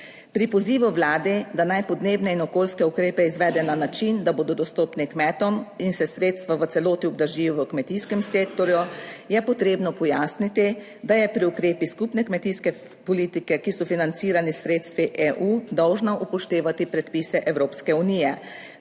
Pri pozivu Vladi, da naj podnebne in okoljske ukrepe izvede na način, da bodo dostopni kmetom in se sredstva v celoti obdržijo v kmetijskem sektorju je potrebno pojasniti, da je pri ukrepih skupne kmetijske politike, ki so financirani s sredstvi EU, dolžna upoštevati predpise Evropske unije.